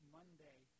Monday